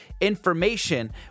information